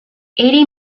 eighty